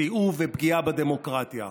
סיאוב ופגיעה בדמוקרטיה.